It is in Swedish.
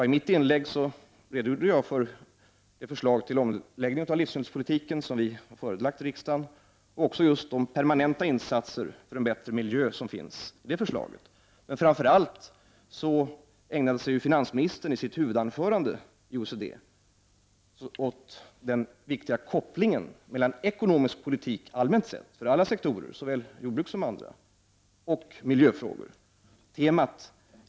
I mitt inlägg redogjorde jag för det förslag till omläggning av livsmedelspolitiken som vi förelagt riksdagen, och jag berättade om de permanenta insatser för en bättre miljö som finns i det förslaget. Framför allt ägnade sig finansministern i sitt huvudanförande i OECD åt den viktiga kopplingen mellan ekonomisk politik allmänt sett, för alla sektorer, såväl jordbruk som andra, och miljöfrågor.